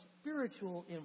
spiritual